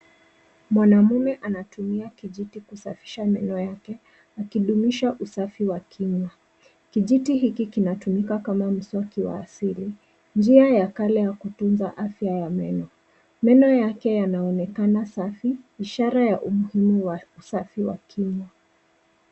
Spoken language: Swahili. Mwanaume anatumia kijiti kusafisha meno yake, akidumisha usafi wa kinywa. Kijiti hiki kinatumika kama mswaki wa asili, njia ya kale ya kutunza afya ya meno. Meno yake yanaonekana safi, ishara ya umuhimu wa usafi wa kinywa.